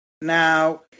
now